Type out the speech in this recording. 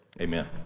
amen